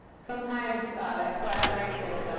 sometimes that collaborate, that